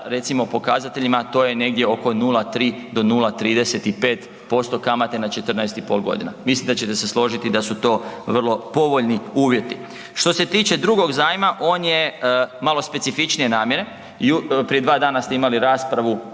recimo pokazateljima to je negdje oko 0,3 do 0,35% kamate na 14,5 godina. Mislim da ćete se složiti da su to vrlo povoljni uvjeti. Što se tiče drugog zajma on je malo specifičnije namjene i prije dva dana ste imali raspravu